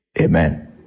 amen